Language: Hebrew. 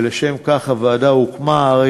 ולשם כך הוקמה הוועדה.